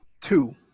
two